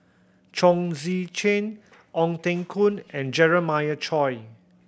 Chong Tze Chien Ong Teng Koon and Jeremiah Choy